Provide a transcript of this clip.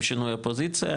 עם שינוי הפוזיציה,